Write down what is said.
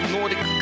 Nordic